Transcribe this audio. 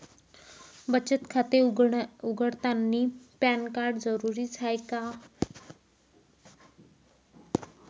बचत खाते उघडतानी पॅन कार्ड जरुरीच हाय का?